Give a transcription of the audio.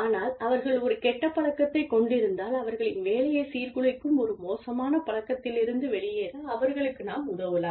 ஆனால் அவர்கள் ஒரு கெட்ட பழக்கத்தைக் கொண்டிருந்தால் அவர்களின் வேலையைச் சீர்குலைக்கும் ஒரு மோசமான பழக்கத்திலிருந்து வெளியேற அவர்களுக்கு நாம் உதவலாம்